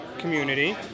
Community